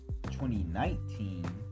2019